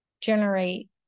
generate